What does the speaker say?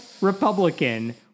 Republican